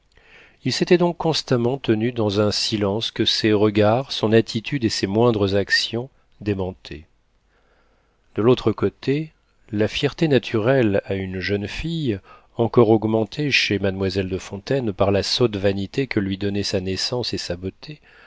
il s'était donc constamment tenu dans un silence que ses regards son attitude et ses moindres actions démentaient de l'autre côté la fierté naturelle à une jeune fille encore augmentée chez mademoiselle de fontaine par la sotte vanité que lui donnaient sa naissance et sa beauté